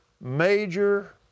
major